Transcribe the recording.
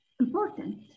Important